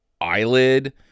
eyelid